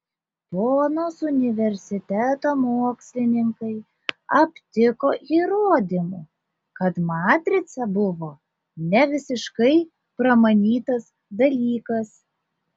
bonos universiteto mokslininkai aptiko įrodymų kad matrica buvo ne visiškai pramanytas dalykas